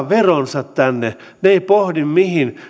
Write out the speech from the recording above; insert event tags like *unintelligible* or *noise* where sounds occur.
*unintelligible* veronsa tänne ne eivät pohdi mihin ne saisivat